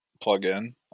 plug-in